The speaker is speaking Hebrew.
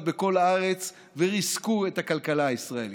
בכל הארץ וריסקו את הכלכלה הישראלית.